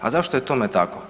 A zašto je tome tako?